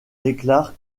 déclare